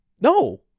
no